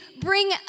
bring